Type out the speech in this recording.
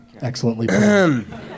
Excellently